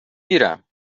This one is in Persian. گیرم